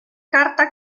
carta